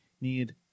need